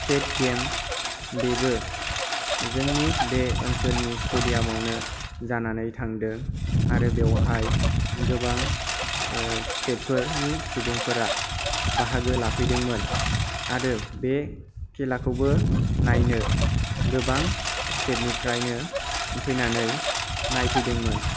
state game बेबो जोंनि बे ओनसोलनि ष्टेडियामावनो जानानै थांदों आरो बेवहाय गोबां स्टेट फोरनि सुबुंफोरा बाहागो लाफैदोनोन आरो बे खेलाखौबो नायनो गोबां स्टेट निफ्रायनो फैनानै नायफैदोंमोन